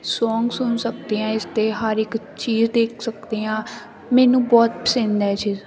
song ਸੁਣ ਸਕਦੇ ਹੈ ਇਸ 'ਤੇ ਹਰ ਇੱਕ ਚੀਜ਼ ਦੇਖ ਸਕਦੇ ਹਾਂ ਮੈਨੂੰ ਬਹੁਤ ਪਸੰਦ ਹੈ ਜੀ